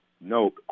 no